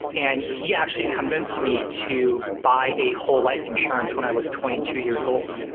and he actually convinced me to buy a whole life insurance when i was twenty two years old.